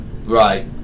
Right